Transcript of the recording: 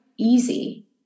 easy